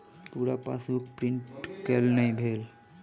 पूरा passbook print केल नहि भेल